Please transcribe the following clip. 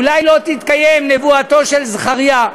אולי לא תתקיים נבואתו של זכריה.